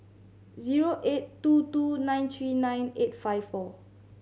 zero eight two two nine three nine eight five four